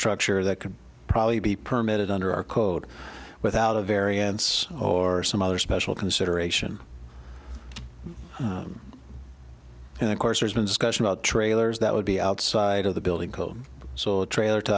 structure that could probably be permitted under our code without a variance or some other special consideration and of course there's been discussion about trailers that would be outside of the building code so a trailer to